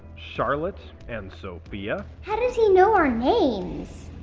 charlotte, and sophia. how does he know our names?